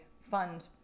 fund